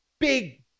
big